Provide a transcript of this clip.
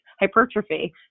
hypertrophy